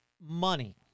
money